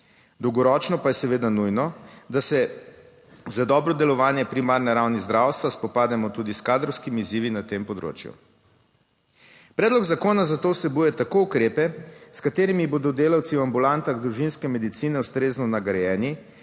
dolgoročno pa je seveda nujno, da se za dobro delovanje primarne ravni zdravstva spopadamo tudi s kadrovskimi izzivi na tem področju. Predlog zakona zato vsebuje tako ukrepe s katerimi bodo delavci v ambulantah družinske medicine ustrezno nagrajeni,